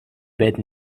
bed